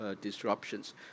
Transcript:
disruptions